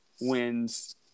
wins